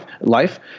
life